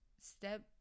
step